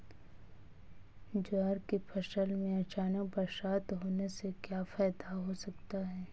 ज्वार की फसल में अचानक बरसात होने से क्या फायदा हो सकता है?